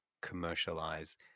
commercialize